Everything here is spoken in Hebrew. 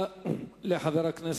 ברכות לכל